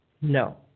No